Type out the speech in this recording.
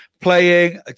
playing